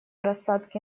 рассадки